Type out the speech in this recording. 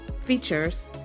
features